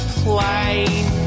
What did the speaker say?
plane